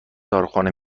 داروخانه